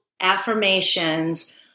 affirmations